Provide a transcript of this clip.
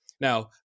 Now